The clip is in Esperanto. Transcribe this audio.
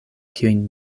kiujn